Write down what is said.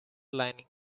lining